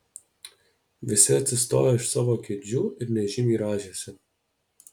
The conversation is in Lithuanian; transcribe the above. visi atsistojo iš savo kėdžių ir nežymiai rąžėsi